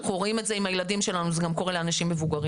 אנחנו רואים את זה עם הילדים שלנו וזה גם קורה לאנשים מבוגרים.